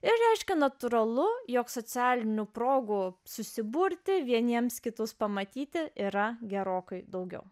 reiškia natūralu jog socialinių progų susiburti vieniems kitus pamatyti yra gerokai daugiau